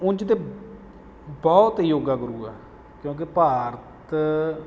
ਉਂਝ ਤਾਂ ਬਹੁਤ ਯੋਗਾ ਗੁਰੂ ਹੈ ਕਿਉਂਕਿ ਭਾਰਤ